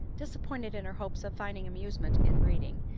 disappointed in her hopes of finding amusement in reading,